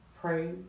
pray